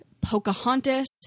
Pocahontas